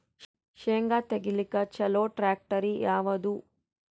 ಶೇಂಗಾ ತೆಗಿಲಿಕ್ಕ ಚಲೋ ಟ್ಯಾಕ್ಟರಿ ಯಾವಾದು?